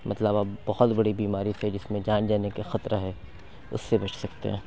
مطلب آپ بہت بڑی بیماری سے جس میں جان جانے کے خطرہ ہے اُس سے بچ سکتے ہیں